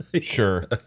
Sure